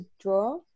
draw